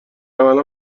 الان